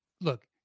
look